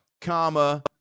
comma